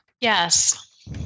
Yes